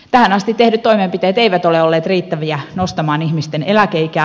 tähän asti tehdyt toimenpiteet eivät ole olleet riittäviä nostamaan ihmisten eläkeikää